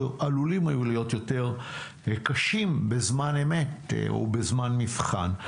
או עלולים היו להיות יותר קשים בזמן אמת ובזמן מבחן.